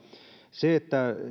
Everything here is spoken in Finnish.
se että